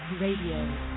Radio